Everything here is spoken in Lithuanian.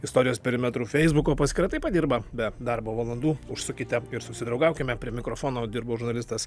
istorijos perimetrų feisbuko paskyra taip pat dirba be darbo valandų užsukite ir susidraugaukime prie mikrofono dirbo žurnalistas